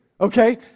Okay